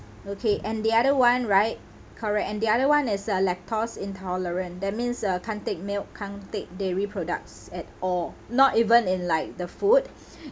okay and the other one right correct and the other one is a lactose intolerant that means uh can't take milk can't take dairy products at all not even in like the food